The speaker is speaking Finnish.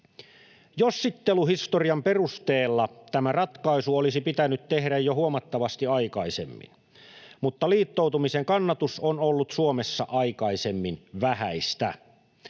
Jossitteluhistorian perusteella tämä ratkaisu olisi pitänyt tehdä jo huomattavasti aikaisemmin, mutta liittoutumisen kannatus on ollut Suomessa aikaisemmin vähäistä.